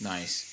Nice